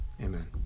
Amen